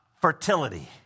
fertility